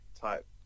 type